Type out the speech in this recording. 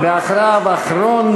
ואחריו,